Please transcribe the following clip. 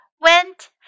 went